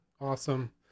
awesome